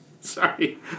sorry